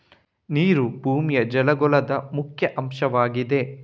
ನೀರು ಭೂಮಿಯ ಜಲಗೋಳದ ಮುಖ್ಯ ಅಂಶವಾಗಿದೆ